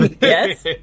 yes